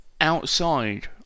outside